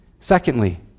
Secondly